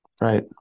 Right